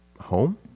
home